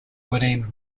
winning